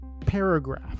paragraph